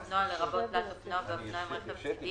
אופנוע לרבות תלת אופנוע ואופנוע עם רכב צדי